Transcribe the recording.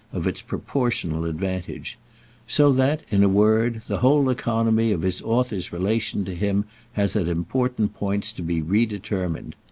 of its proportional advantage so that, in a word, the whole economy of his author's relation to him has at important points to be redetermined.